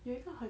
有一个很